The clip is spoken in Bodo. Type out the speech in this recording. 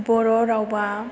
बर' रावा